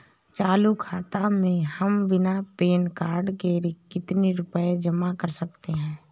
चालू खाता में हम बिना पैन कार्ड के कितनी रूपए जमा कर सकते हैं?